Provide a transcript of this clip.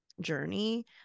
journey